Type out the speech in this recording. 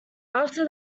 after